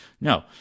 No